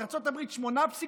ארצות הברית 8.6%,